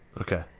Okay